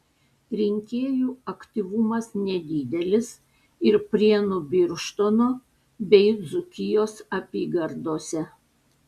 rinkėjų aktyvumas nedidelis ir prienų birštono bei dzūkijos apygardose